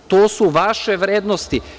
To su vaše vrednosti.